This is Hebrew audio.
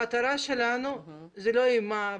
המטרה שלנו זה לא אימה,